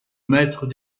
maîtres